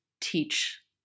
teach